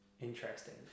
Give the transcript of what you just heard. Interesting